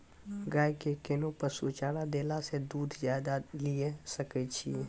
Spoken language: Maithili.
गाय के कोंन पसुचारा देला से दूध ज्यादा लिये सकय छियै?